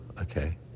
Okay